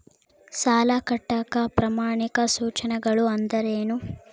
ಸಾಲ ಕಟ್ಟಾಕ ಪ್ರಮಾಣಿತ ಸೂಚನೆಗಳು ಅಂದರೇನು?